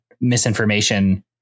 misinformation